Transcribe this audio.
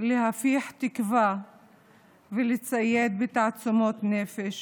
להפיח תקווה ולצייד בתעצומות נפש,